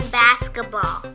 basketball